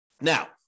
Now